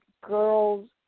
girls